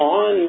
on